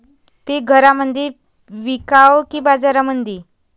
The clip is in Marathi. पीक घरामंदी विकावं की बाजारामंदी?